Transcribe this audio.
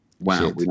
Wow